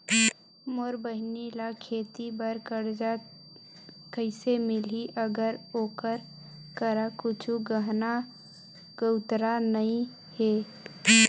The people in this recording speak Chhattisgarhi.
मोर बहिनी ला खेती बार कर्जा कइसे मिलहि, अगर ओकर करा कुछु गहना गउतरा नइ हे?